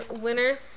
winner